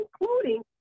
including